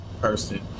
person